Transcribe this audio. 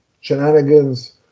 shenanigans